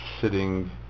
sitting